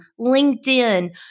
LinkedIn